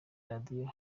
radio